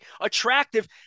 attractive